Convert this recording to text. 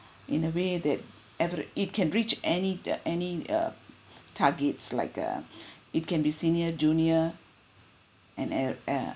in a way that ever it can reach any the any uh targets like uh it can be senior junior and ev~ uh